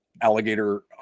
alligator